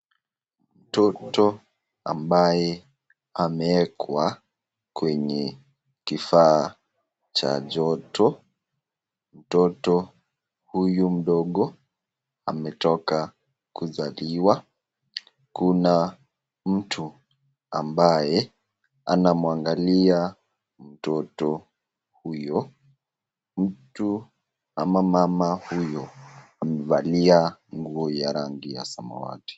Mtoto ambaye ameekwa kwenye kifaa cha joto, mtoto huyo mdogo ametoka kuzaliwa, kuna mtu ambaye anamwangalia mtoto huyo mtu ama mama huyo amevalia nguo ya rangi samawati.